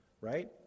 right